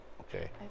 Okay